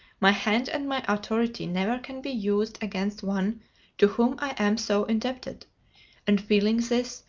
my hand and my authority never can be used against one to whom i am so indebted and, feeling this,